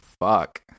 fuck